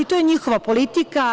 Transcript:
To je njihova politika.